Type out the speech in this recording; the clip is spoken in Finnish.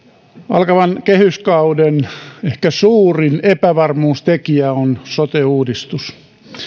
alkavan kehyskauden ehkä suurin epävarmuustekijä on sote uudistus kun olemme